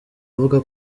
avuga